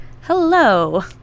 Hello